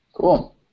Cool